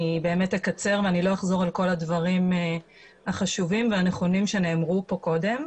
אני אקצר ולא אחזור על כל הדברים החשובים והנכונים שכבר נאמרו לפני כן.